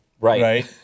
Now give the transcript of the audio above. right